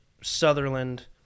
Sutherland